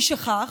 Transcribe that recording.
משכך,